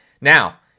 Now